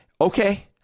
okay